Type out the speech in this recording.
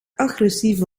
agressieve